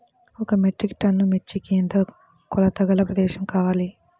ఒక metric ton మిర్చికి ఎంత కొలతగల ప్రదేశము కావాలీ?